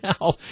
now